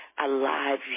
alive